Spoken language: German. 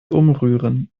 umrühren